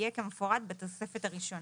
יהיה כמפורט בתוספת הראשונה.